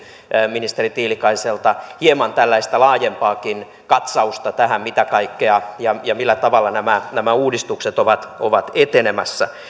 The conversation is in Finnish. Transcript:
ministeri tiilikaiselta hieman tällaista laajempaakin katsausta tähän mitä kaikkea on ja millä tavalla nämä nämä uudistukset ovat ovat etenemässä